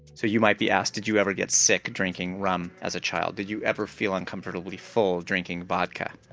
so you might be asked did you ever get sick drinking rum as a child, did you ever feel uncomfortably full drinking vodka?